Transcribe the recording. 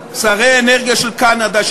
שרי אנרגיה של קנדה,